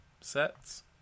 Sets